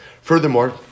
Furthermore